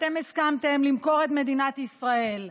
אתם הסכמתם למכור את מדינת ישראל,